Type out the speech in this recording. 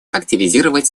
активизировать